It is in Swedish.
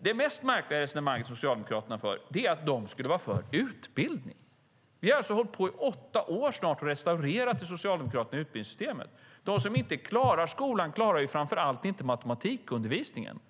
Det mest märkliga resonemanget som Socialdemokraterna för är att de skulle vara för utbildning. Vi har alltså hållit på i snart åtta år och restaurerat det socialdemokratiska utbildningssystemet. De som inte klarar skolan klarar framför allt inte matematikundervisningen.